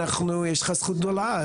יש לך זכות גדולה,